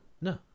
no